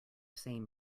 same